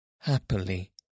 Happily